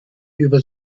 über